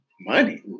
Money